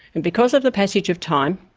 and because of the passage of time,